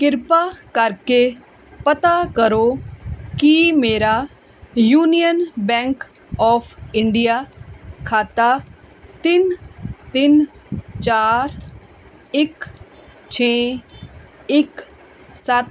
ਕਿਰਪਾ ਕਰਕੇ ਪਤਾ ਕਰੋ ਕਿ ਮੇਰਾ ਯੂਨੀਅਨ ਬੈਂਕ ਆਫ ਇੰਡੀਆ ਖਾਤਾ ਤਿੰਨ ਤਿੰਨ ਚਾਰ ਇੱਕ ਛੇ ਇੱਕ ਸੱਤ